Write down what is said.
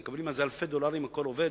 שמקבלים על זה אלפי דולרים מכל עובד,